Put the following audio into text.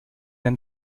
ein